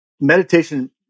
meditation